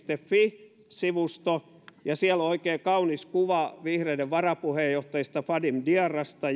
fi sivusto ja siellä on oikein kaunis kuva vihreiden varapuheenjohtajista fatim diarrasta